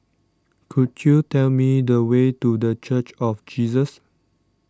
could you tell me the way to the Church of Jesus